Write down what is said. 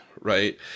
right